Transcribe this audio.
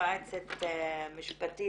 יועצת משפטית,